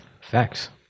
Facts